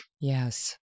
Yes